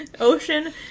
Ocean